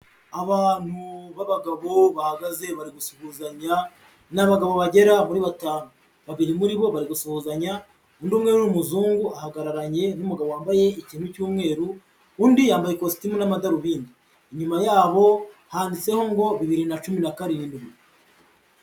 Abantu b'abagabo bahagaze bari gusuhuzanya ni abagabo bagera kuri batanu, babiri muri bo bari gusuzanya, undi umwe n'umuzungu ahagararanye n'umugabo wambaye ikintu cy'umweru, undi yambaye ikositimu n'amadarubindi, inyuma yabo handitseho ngo bibiri na cumi na karindwi.